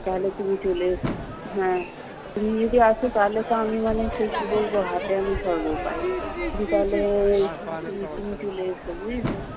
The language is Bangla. তাহলে তুমি চলে এসো হ্যাঁ তুমি যদি আসো তাহলে তো আমি মানে সেই কী বলব হাতে আমি স্বর্গ পাই তুমি তাহলে তুমি তুমি চলে এসো বুঝেছ